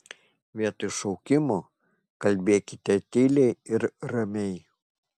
vietoj šaukimo kalbėkite tyliai ir ramiai